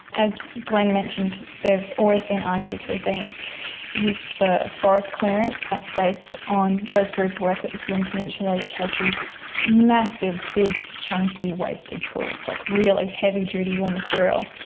as glenn mentioned, they've always been argued to have been used for forest clearance. that's based on les groube's work at the huon peninsular which has these massive big chunky waisted tools, like really heavy-duty raw material.